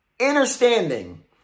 understanding